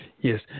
Yes